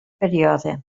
període